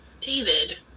David